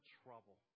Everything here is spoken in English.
trouble